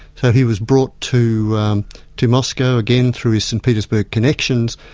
so he was brought to to moscow again, through his st petersburg connections,